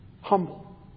Humble